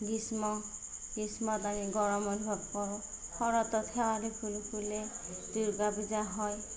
গ্ৰীষ্ম গ্ৰীষ্ম গৰম অনুভৱ কৰোঁ শৰতত শেৱালি ফুল ফুলে দুৰ্গা পূজা হয়